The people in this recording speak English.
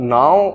now